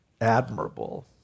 admirable